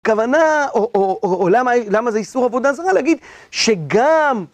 כוונה, או למה זה איסור עבודה זרה, להגיד, שגם